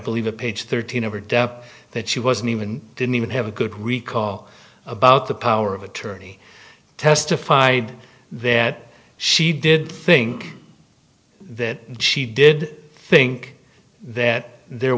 believe a page thirteen of her depth that she wasn't even didn't even have a good recall about the power of attorney testified that she did think that she did think that there